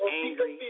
angry